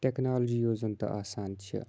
technology یُس زَن تہٕ آسان چھِ